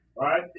right